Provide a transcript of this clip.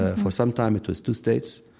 ah for some time, it was two states.